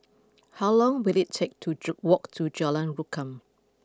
how long will it take to Ju walk to Jalan Rukam